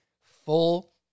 full